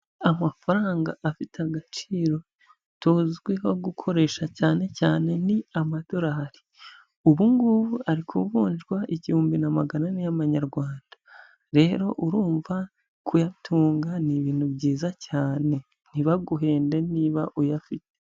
Amafaranga afite agaciro tuzwiho gukoresha cyane cyane ni amadolari. Ubu ngubu ari kuvunjwa igihumbi na magana ane y'amanyarwanda, rero urumva kuyatunga ni ibintu byiza cyane, ntibaguhende niba uyafite.